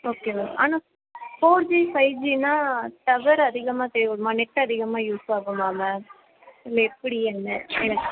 okay ma'am ஆனால் four G five ஜின்னா tower அதிகமாக தேவைப்படுமா நெட் அதிகமாக யூஸ் ஆகுமா மேம் இல்லை எப்படி என்ன எனக்கு